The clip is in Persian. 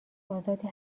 آزادی